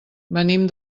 venim